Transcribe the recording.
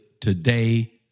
today